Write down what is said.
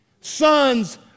Sons